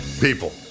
People